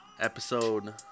Episode